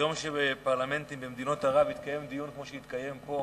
ביום שבפרלמנטים במדינות ערב יתקיים דיון כמו שהתקיים פה,